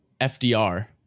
FDR